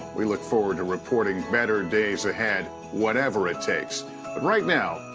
we look forward to reporting better days ahead, whatever it takes. but right now,